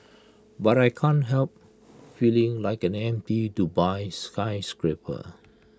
but I can't help feeling like an empty Dubai skyscraper